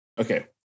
okay